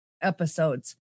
episodes